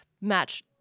match